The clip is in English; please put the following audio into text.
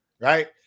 right